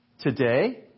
today